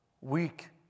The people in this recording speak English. Weak